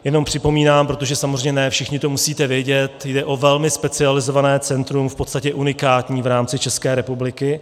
Jenom připomínám, protože samozřejmě ne všichni to musíte vědět, jde o velmi specializované centrum, v podstatě unikátní v rámci České republiky.